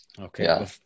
okay